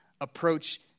approach